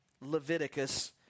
Leviticus